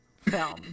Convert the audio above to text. film